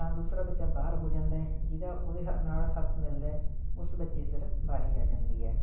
ਤਾਂ ਦੂਸਰਾ ਬੱਚਾ ਬਾਹਰ ਹੋ ਜਾਂਦਾ ਜਿਹਦਾ ਉਹਦੇ ਹ ਨਾਲ ਹੱਥ ਮਿਲਦਾ ਉਸ ਬੱਚੇ ਸਿਰ ਵਾਰੀ ਆ ਜਾਂਦੀ ਹੈ